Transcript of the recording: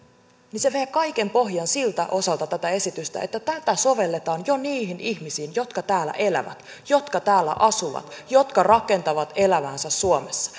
niin kaiken pohjan siltä osalta tätä esitystä vie se että tätä sovelletaan jo niihin ihmisiin jotka täällä elävät jotka täällä asuvat jotka rakentavat elämäänsä suomessa